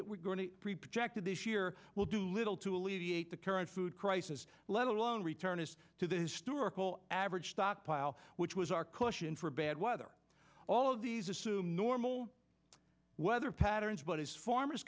that we're going to project that this year will do little to alleviate the current food crisis let alone return to the historical average stockpile which was our cushion for bad weather all of these assume normal weather patterns but as farmers